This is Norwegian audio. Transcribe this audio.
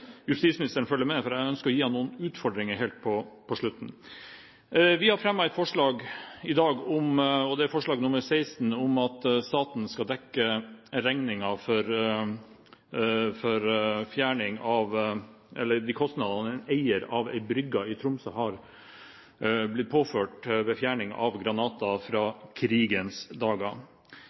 justisministeren følge med, for jeg ønsker å gi ham noen utfordringer helt på slutten. Vi har fremmet et forslag i dag, forslag nr. 16, om at staten skal dekke regningen for de kostnadene en eier av en brygge i Tromsø har blitt påført ved fjerning av granater fra krigens dager.